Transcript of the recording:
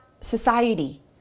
society